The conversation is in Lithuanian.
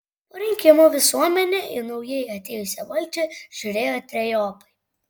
po rinkimų visuomenė į naujai atėjusią valdžią žiūrėjo trejopai